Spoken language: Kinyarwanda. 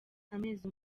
amezi